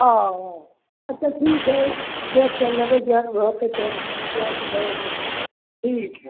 हँ हँ उ तऽ ठीक हैय देखके लेबै जेहेन रहतै तेहेन च्वाइस बनतै ठीक हय